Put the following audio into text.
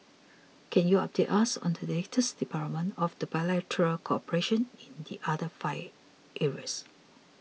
can you update us on the latest development of the bilateral cooperation in the other five areas